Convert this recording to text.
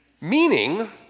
Meaning